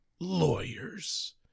lawyers